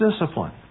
discipline